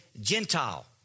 Gentile